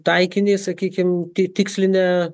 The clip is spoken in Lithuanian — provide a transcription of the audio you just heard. taikinį sakykim ti tikslinę